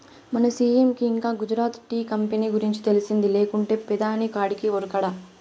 మన సీ.ఎం కి ఇంకా గుజరాత్ టీ కంపెనీ గురించి తెలిసింది లేకుంటే పెదాని కాడికి ఉరకడా